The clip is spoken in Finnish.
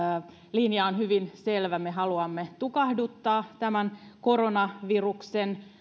linja on hyvin selvä me haluamme tukahduttaa koronaviruksen